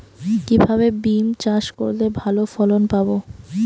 কিভাবে বিম চাষ করলে ভালো ফলন পাব?